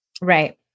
Right